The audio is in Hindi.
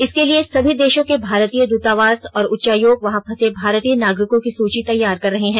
इसके लिए सभी देशों के भारतीय दूतावास और उच्चायोग वहां फंसे भारतीय नागरिकों की सूची तैयार कर रहे हैं